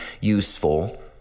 useful